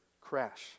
crash